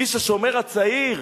איש "השומר הצעיר"